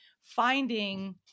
finding